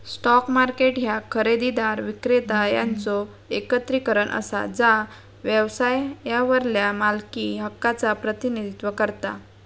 stock market ह्या खरेदीदार, विक्रेता यांचो एकत्रीकरण असा जा व्यवसायावरल्या मालकी हक्कांचा प्रतिनिधित्व करता